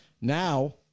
now